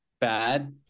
bad